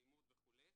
אלימות וכו'.